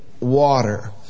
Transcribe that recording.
water